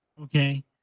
Okay